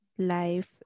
life